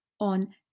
On